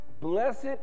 Blessed